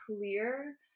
clear